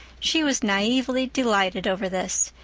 she was naively delighted over this,